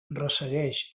ressegueix